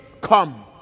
come